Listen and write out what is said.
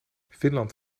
finland